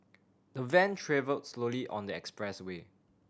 the van travelled slowly on the expressway